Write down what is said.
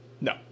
No